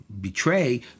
betray